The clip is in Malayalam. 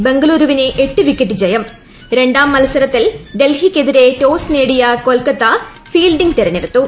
ബംഗളുരുവിന് എട്ട് വിക്കറ്റ് ജയം രണ്ടാം മത്സരത്തിൽ ഡൽഹിക്കെതിരെ ടോസ് നേടിയ കൊൽക്കത്ത ഫീൽഡിംഗ് തെരഞ്ഞെടുത്തു